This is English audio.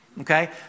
Okay